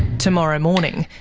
tomorrow morning,